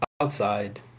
Outside